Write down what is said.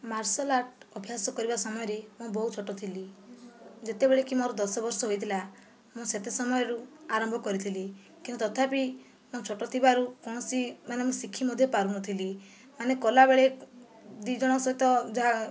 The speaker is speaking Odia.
ମାର୍ଶାଲ ଆର୍ଟ ଅଭ୍ୟାସ କରିବା ସମୟରେ ମୁଁ ବହୁତ ଛୋଟ ଥିଲି ଯେତେବେଳେକି ମୋର ଦଶ ବର୍ଷ ହୋଇଥିଲା ମୁଁ ସେତେ ସମୟରୁ ଆରମ୍ଭ କରିଥିଲି କିନ୍ତୁ ତଥାପି ମୁଁ ଛୋଟ ଥିବାରୁ କୌଣସି ମାନେ ମୁଁ ଶିଖି ମଧ୍ୟ ପାରୁନଥିଲି ମାନେ କଲାବେଳେ ଦୁଇଜଣ ସହିତ ଯାହା